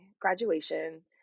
graduation